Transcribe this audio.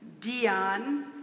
Dion